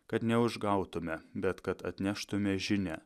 kad neužgautume bet kad atneštume žinią